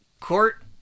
Court